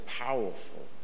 powerful